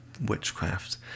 witchcraft